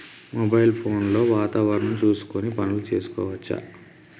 Mobile phone లో వాతావరణం చూసుకొని పనులు చేసుకోవచ్చా?